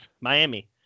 Miami